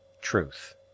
TRUTH